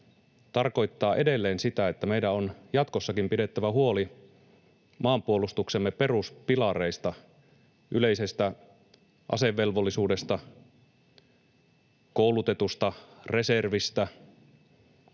tarkoittaa edelleen sitä, että meidän on jatkossakin pidettävä huoli maanpuolustuksemme peruspilareista, yleisestä asevelvollisuudesta, koulutetusta reservistä,